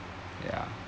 ya